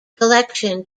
collection